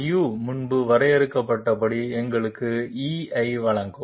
Ru முன்பு வரையறுக்கப்பட்டபடி எங்களுக்கு e ஐ வழங்கும்